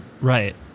Right